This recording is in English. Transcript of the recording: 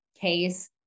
case